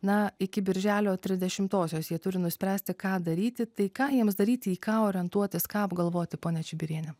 na iki birželio trisdešimtosios jie turi nuspręsti ką daryti tai ką jiems daryti į ką orientuotis ką apgalvoti ponia čibiriene